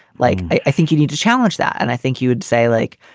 like, i think you need to challenge that. and i think you would say, like,